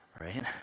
right